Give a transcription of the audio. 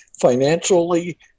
financially